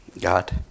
God